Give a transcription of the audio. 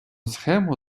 схему